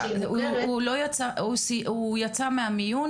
הוא יצא מהמיון,